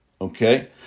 Okay